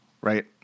right